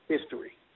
History